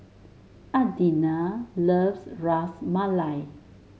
Adina loves Ras Malai